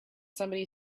somebody